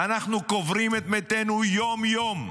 אנחנו קוברים את מתינו יום-יום,